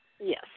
Yes